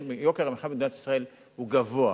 יוקר המחיה במדינת ישראל הוא גבוה.